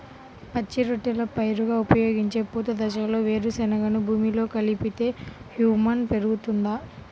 పచ్చి రొట్టెల పైరుగా ఉపయోగించే పూత దశలో వేరుశెనగను భూమిలో కలిపితే హ్యూమస్ పెరుగుతుందా?